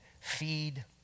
feed